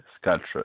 sculpture